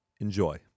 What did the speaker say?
Enjoy